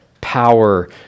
power